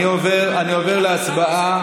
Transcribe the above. אתה סתם תוקע את זה,